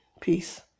Peace